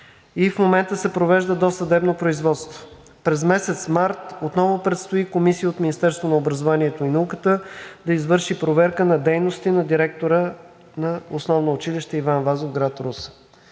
и в момента се провежда досъдебно производство. През месец март отново предстои комисия от Министерството на образованието и науката да извърши проверка на дейности на директора на ОУ „Иван Вазов“ – град Русе.